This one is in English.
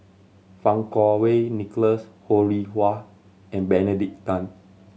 Fang Kuo Wei Nicholas Ho Rih Hwa and Benedict Tan